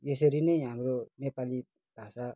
यसरी नै हाम्रो नेपाली भाषा